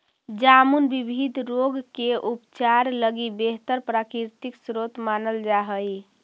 जामुन विविध रोग के उपचार लगी बेहतर प्राकृतिक स्रोत मानल जा हइ